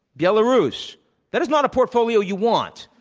belarus that is not a portfolio you want.